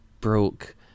broke